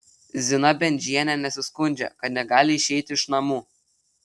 zina bendžienė nesiskundžia kad negali išeiti iš namų